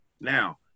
Now